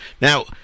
Now